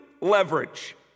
leverage